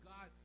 God